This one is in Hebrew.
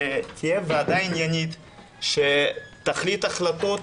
שתהיה ועדה עניינית שתחליט החלטות,